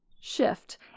shift